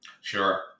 Sure